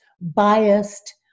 biased